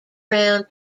round